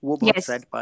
Yes